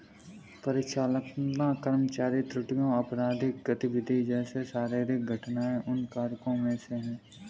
परिचालनात्मक कर्मचारी त्रुटियां, आपराधिक गतिविधि जैसे शारीरिक घटनाएं उन कारकों में से है